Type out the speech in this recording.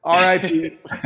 RIP